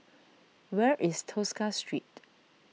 where is Tosca Street